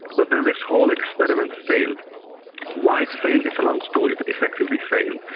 but then this whole experiment failed why it failed? it's a long story but effectively failed.